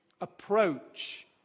approach